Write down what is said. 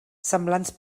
semblants